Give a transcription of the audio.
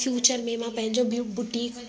future में मां पंहिंजो बुटीक